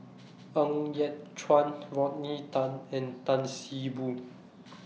Ng Yat Chuan Rodney Tan and Tan See Boo